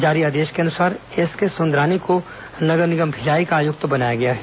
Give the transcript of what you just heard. जारी आदेश के अनुसार एसके सुंदरानी को नगर निगम भिलाई का आयुक्त बनाया गया है